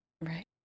Right